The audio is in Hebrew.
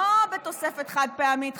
לא בתוספת חד-פעמית,